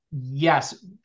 yes